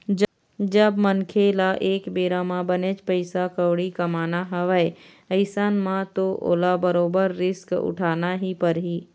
जब मनखे ल एक बेरा म बनेच पइसा कउड़ी कमाना हवय अइसन म तो ओला बरोबर रिस्क तो उठाना ही परही